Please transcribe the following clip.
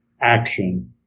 action